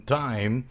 time